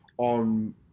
on